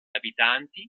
abitanti